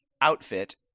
outfit